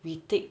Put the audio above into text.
we take